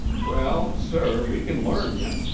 well, sir, we kin learn ye.